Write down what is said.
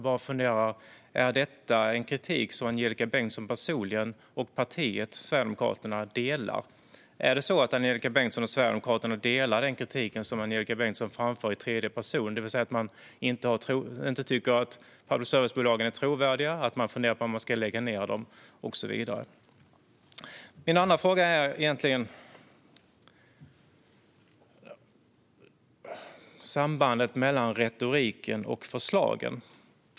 Är detta en kritik som Angelika Bengtsson personligen och Sverigedemokraterna som parti håller med om? Är det så att Angelika Bengtsson och Sverigedemokraterna håller med om den kritik som Angelika Bengtsson framförde i tredje person, det vill säga att man inte tycker att public service-bolagen är trovärdiga, att man funderar på om man ska lägga ned dem och så vidare? Min andra fråga rör sambandet mellan retoriken och förslagen.